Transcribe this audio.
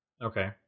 Okay